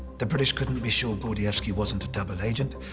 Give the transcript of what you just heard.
the british couldn't be sure gordievsky wasn't a double agent,